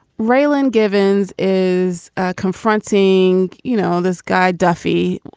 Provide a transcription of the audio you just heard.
raylan givens is confronting, you know, this guy duffy,